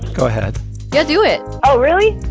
go ahead yeah, do it oh, really?